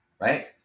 Right